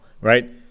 right